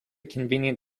convenient